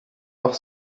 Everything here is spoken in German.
noch